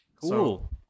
cool